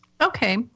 Okay